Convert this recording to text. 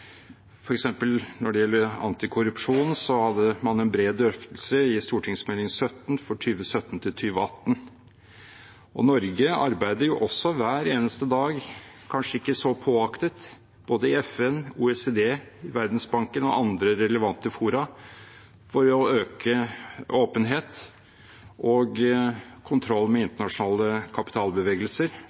når det gjelder antikorrupsjon, hadde man en bred drøftelse i Meld. St. 17 for 2017–2018. Norge arbeider også hver eneste dag, kanskje ikke så påaktet, i både FN, OECD, Verdensbanken og andre relevante fora for å øke åpenhet og kontroll med internasjonale kapitalbevegelser